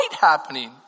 happening